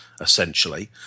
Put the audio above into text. essentially